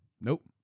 nope